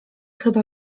chyba